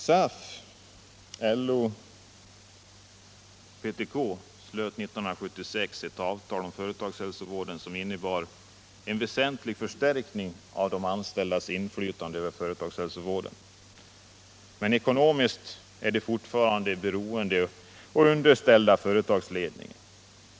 SAF, LO och PTK slöt 1976 ett avtal om företagshälsovården som innebär en väsentlig förstärkning av de anställdas inflytande över företagshälsovården. Men ekonomiskt är denna fortfarande beroende av och underställd företagsledningen.